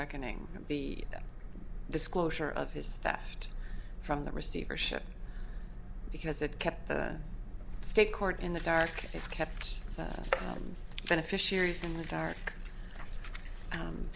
reckoning the disclosure of his theft from the receivership because it kept the state court in the dark it kept that beneficiaries in the dark